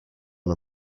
one